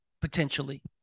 Potentially